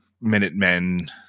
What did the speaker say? Minutemen